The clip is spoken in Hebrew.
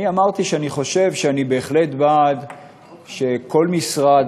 אני אמרתי שאני חושב שאני בהחלט בעד שכל משרד,